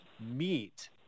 meet